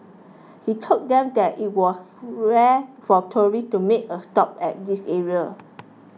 he told them that it was rare for tourists to make a stop at this area